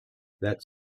that